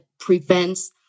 prevents